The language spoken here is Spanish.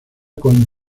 con